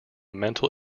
mental